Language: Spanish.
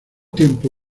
tiempo